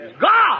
God